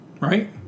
Right